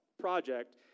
project